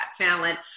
Talent